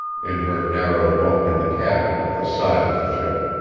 in her narrow bunk in the cabin at the side of the ship,